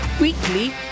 weekly